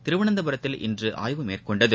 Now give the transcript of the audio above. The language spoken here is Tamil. திருவனந்தபுரத்தில் இன்றும் ஆய்வு மேற்கொண்டது